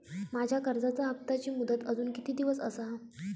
माझ्या कर्जाचा हप्ताची मुदत अजून किती दिवस असा?